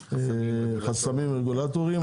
לגבי חסמים רגולטוריים.